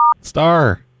star